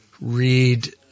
read